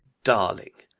darling!